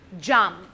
Jump